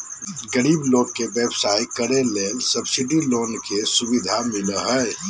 गरीब लोग के व्यवसाय करे ले सब्सिडी लोन के सुविधा मिलो हय